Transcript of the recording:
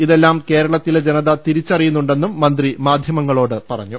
ഇതെല്ലാം കേരളത്തിലെ ജനത തിരിച്ചറിയുന്നുണ്ടെന്നും മന്ത്രി മാധൃമങ്ങളോട് പറഞ്ഞു